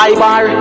Ibar